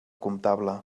comptable